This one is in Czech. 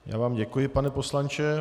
Já vám děkuji, pane poslanče.